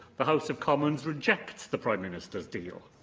the house of commons rejects the prime minister's deal.